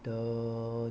the